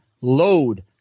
Load